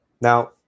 Now